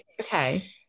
okay